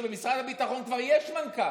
כשבמשרד הביטחון כבר יש מנכ"ל,